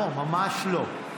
לא, ממש לא.